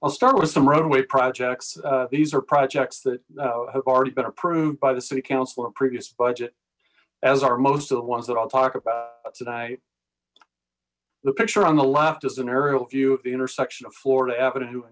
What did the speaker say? i'll start with some roadway projects these are projects that have already been approved by te city council a previous budget as our most of the ones that i'll talk about tonight the picture on the left is an aerial view of the intersection florida